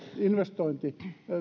investointi